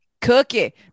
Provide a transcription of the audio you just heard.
Cookie